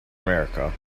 america